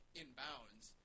inbounds